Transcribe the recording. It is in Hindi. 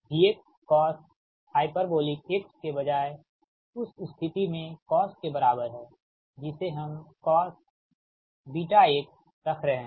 V cos हाइपरबोलिक x के बजाय उस स्थिति में cos के बराबर है जिसे हम cosx रख रहे हैं